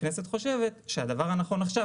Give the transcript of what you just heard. הכנסת חושבת שהדבר הנכון עכשיו,